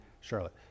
charlotte